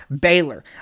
Baylor